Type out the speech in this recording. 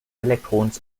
elektrons